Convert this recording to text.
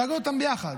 תאגד אותם ביחד.